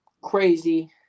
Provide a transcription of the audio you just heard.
crazy